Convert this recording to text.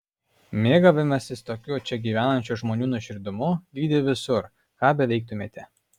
mėgavimasis tokiu čia gyvenančių žmonių nuoširdumu lydi visur ką beveiktumėte